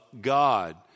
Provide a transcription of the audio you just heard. God